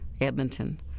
Edmonton